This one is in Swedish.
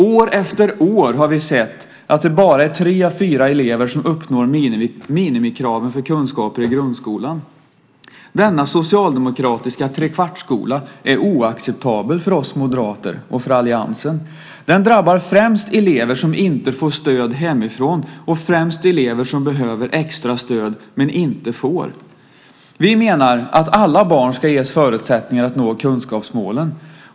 År efter år har vi sett att det bara är tre av fyra elever som uppnår minimikraven för kunskaper i grundskolan. Denna socialdemokratiska trekvartsskola är oacceptabel för oss moderater och för alliansen. Den drabbar främst elever som inte får stöd hemifrån och elever som behöver extra stöd men inte får. Vi menar att alla barn ska ges förutsättningar att nå kunskapsmålen.